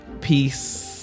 peace